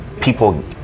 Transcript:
people